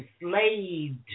enslaved